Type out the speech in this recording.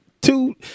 Two